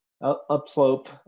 upslope